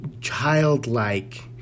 childlike